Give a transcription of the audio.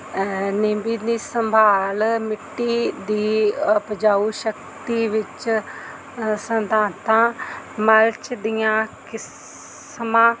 ਦੀ ਸੰਭਾਲ ਮਿੱਟੀ ਦੀ ਉਪਜਾਊ ਸ਼ਕਤੀ ਵਿੱਚ ਸਿਧਾਂਤਾਂ ਮਲਚ ਦੀਆਂ ਕਿਸਮਾਂ